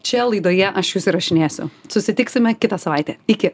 čia laidoje aš jus įrašinėsiu susitiksime kitą savaitę iki